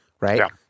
right